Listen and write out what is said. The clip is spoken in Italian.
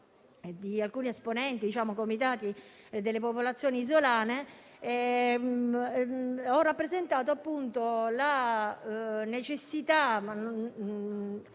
di alcuni esponenti e comitati delle popolazioni isolane, ho rappresentato una necessità,